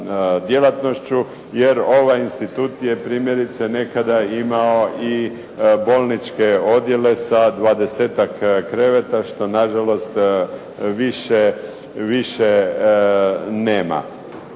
jer ovaj institut je primjerice nekada imao i bolničke odjele sa dvadesetak kreveta što na žalost više nema.